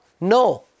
No